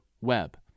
web